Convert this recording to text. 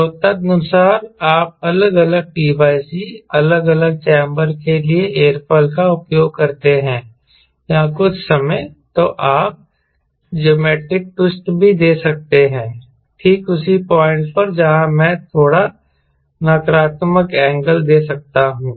तो तदनुसार आप अलग अलग tc अलग अलग चैंबर के लिए एयरफॉयल का उपयोग करते हैं या कुछ समय तो आप ज्योमैट्रिक ट्विस्ट भी दे सकते हैं ठीक उसी पॉइंट पर जहां मैं थोड़ा नकारात्मक एंगल दे सकता हूं